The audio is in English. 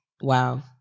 Wow